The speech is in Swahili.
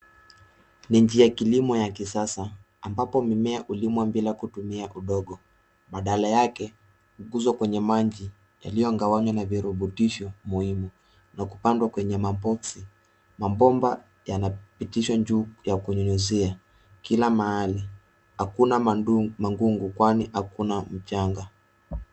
Ni njia kilimo ya kisasa ambapo mimea hulimwa bila kutumia udongo badala yake hukuzwa kwenye maji yaliyogawanywa na virubutisho muhimu na kupandwa kwenye maboksi. Mabomba yanapitishwa juu ya kunyunyuzia kila mahali. Hakuna magugu kwani hakuna mchanga.